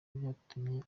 byatumye